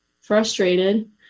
frustrated